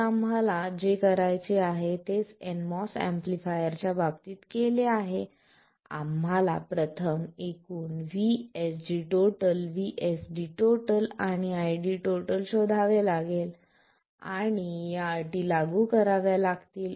तर आम्हाला जे करायचे आहे तेच nMOS एम्पलीफायरच्या बाबतीत केले आहे आम्हाला प्रथम एकूण VSG VSD आणि ID शोधावे लागेल आणि या अटी लागू कराव्या लागतील